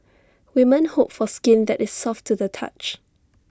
women hope for skin that is soft to the touch